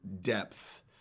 depth